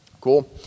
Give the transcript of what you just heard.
Cool